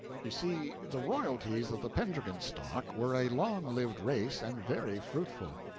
you see, the royalties of the pendragon stock were a long-lived race and very fruitful.